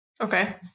Okay